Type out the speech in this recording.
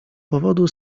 powodu